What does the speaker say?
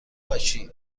باشی